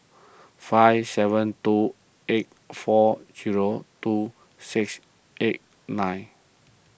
five seven two eight four zero two six eight nine